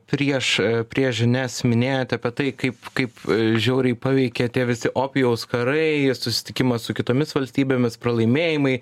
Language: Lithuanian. prieš prie žinias minėjote apie tai kaip kaip žiauriai paveikė tie visi opijaus karai susitikimas su kitomis valstybėmis pralaimėjimai